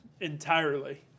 entirely